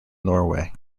norway